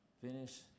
Finish